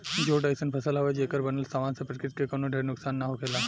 jute अइसन फसल हवे, जेकर बनल सामान से प्रकृति के कवनो ढेर नुकसान ना होखेला